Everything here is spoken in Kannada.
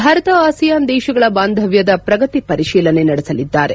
ಭಾರತ ಆಸಿಯಾನ್ ದೇಶಗಳ ಬಾಂಧವ್ಯದ ಪ್ರಗತಿ ಪರಿಶೀಲನೆ ನಡೆಸಲಿದ್ದಾರೆ